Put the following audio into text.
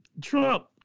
Trump